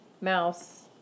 Mouse